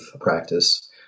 practice